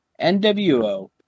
NWO